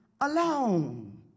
alone